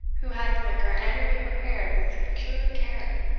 who had the liquor annually prepared with peculiar care,